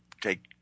take